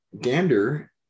Gander